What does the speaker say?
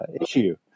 issue